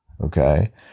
okay